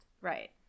right